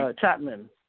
Chapman